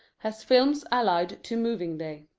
has films allied to moving day.